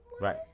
Right